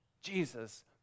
Jesus